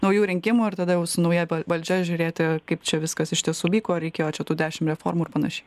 naujų rinkimų ir tada jau su nauja valdžia žiūrėti kaip čia viskas iš tiesų vyko ar reikėjo čia tų dešim reformų ir panašiai